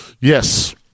Yes